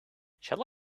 shall